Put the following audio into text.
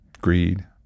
greed